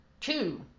two